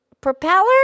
Propeller